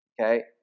Okay